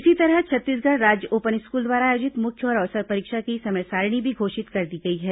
इसी तरह छत्तीसगढ़ राज्य ओपन स्कूल द्वारा आयोजित मुख्य और अवसर परीक्षा की समय सारिणी भी घोषित कर दी गई है